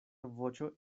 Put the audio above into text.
voĉo